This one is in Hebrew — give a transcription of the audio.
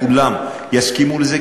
כולם יסכימו לזה,